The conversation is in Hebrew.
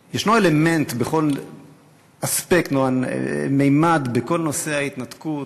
יש אלמנט, אספקט, ממד, בכל נושא ההתנתקות,